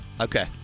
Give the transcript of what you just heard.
Okay